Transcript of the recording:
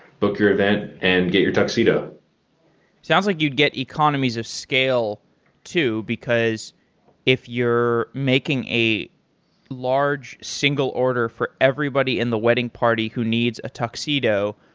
book your event, and get your tuxedo. it sounds like you'd get economies of scale too because if you're making a large single order for everybody in the wedding party who needs a tuxedo,